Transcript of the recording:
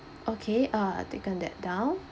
okay uh taken that down